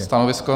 Stanovisko?